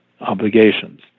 obligations